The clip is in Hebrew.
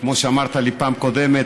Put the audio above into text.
כמו שאמרת לי בפעם קודמת,